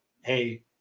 hey